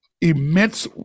immense